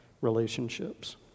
relationships